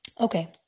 Okay